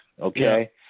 Okay